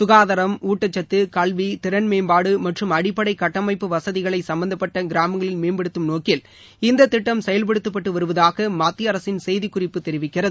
சுகாதாரம் ஊட்டச்சத்து கல்வி திறன் மேம்பாடு மற்றும் அடிப்படை கட்டமைப்பு வசதிகளை சும்பந்தப்பட்ட கிராமங்களில் மேம்படுத்தும் நோக்கில் இந்த திட்டம் செயல்படுத்தப்பட்டு வருவதாக மத்திய அரசின் செய்திக்குறிப்பு தெரிவிக்கிறது